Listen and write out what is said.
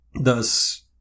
Thus